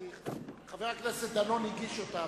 חבר הכנסת דנון הגיש אותה,